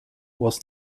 was